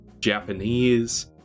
Japanese